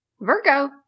Virgo